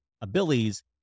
abilities